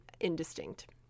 indistinct